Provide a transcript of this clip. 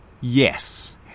yes